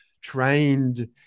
trained